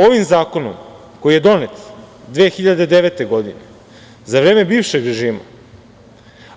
Ovim zakonom koji je donet 2009. godine za vreme bivšeg režima,